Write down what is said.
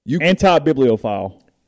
Anti-bibliophile